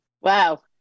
wow